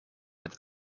het